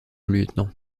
lieutenant